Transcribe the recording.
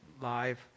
live